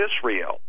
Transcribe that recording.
Israel